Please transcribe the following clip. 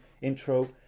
intro